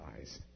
eyes